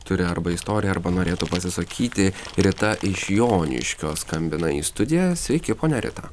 turi arba istoriją arba norėtų pasisakyti rita iš joniškio skambina į studiją sveiki ponia rita